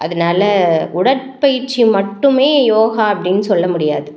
அதனால உடற்பயிற்சி மட்டுமே யோகா அப்படின்னு சொல்ல முடியாது